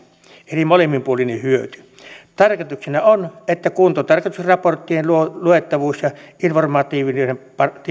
eli molemminpuolinen hyöty tarkoituksena on että kuntotarkastusraporttien luettavuus ja informatiivisuus